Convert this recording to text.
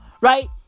right